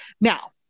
Now